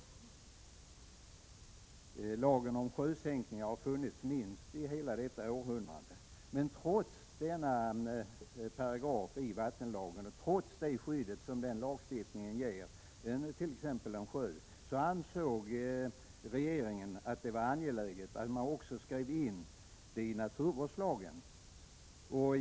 Lagen om sjösänkningar har funnits minst hela detta århundrade. Trots denna paragraf i vattenlagen och trots det skydd som denna lagstiftning ger för t.ex. en sjö ansåg regeringen det angeläget att också skriva in skyddet i naturvårdslagen.